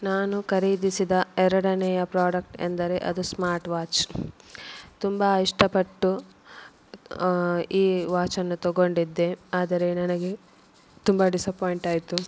ನಾನು ಖರೀದಿಸಿದ ಎರಡನೆಯ ಪ್ರಾಡಕ್ಟ್ ಎಂದರೆ ಅದು ಸ್ಮಾರ್ಟ್ ವಾಚ್ ತುಂಬ ಇಷ್ಟಪಟ್ಟು ಈ ವಾಚನ್ನು ತೊಗೊಂಡಿದ್ದೆ ಆದರೆ ನನಗೆ ತುಂಬ ಡಿಸಪಾಯಿಂಟ್ ಆಯಿತು